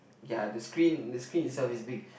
ya the screen the screen itself is big